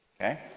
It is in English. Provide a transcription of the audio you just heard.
Okay